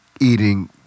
eating